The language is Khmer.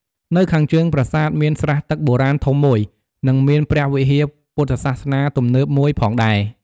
នៅខាងជើងប្រាសាទ មានស្រះទឹកបុរាណធំមួយ និងមានព្រះវិហារពុទ្ធសាសនាទំនើបមួយផងដែរ។